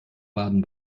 baden